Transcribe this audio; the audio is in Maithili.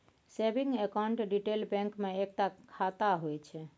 सेबिंग अकाउंट रिटेल बैंक मे एकता खाता होइ छै